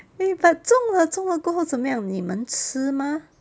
eh but 种了种了过后怎么样你们吃吗